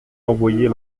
envoyait